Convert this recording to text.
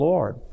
Lord